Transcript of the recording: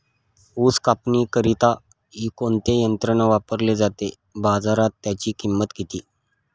ऊस कापणीकरिता कोणते यंत्र वापरले जाते? बाजारात त्याची किंमत किती?